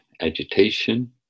agitation